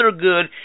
good